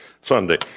Sunday